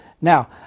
Now